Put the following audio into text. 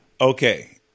Okay